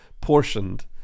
portioned